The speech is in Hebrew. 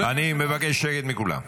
אני מבקש שקט מכולם.